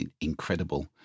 incredible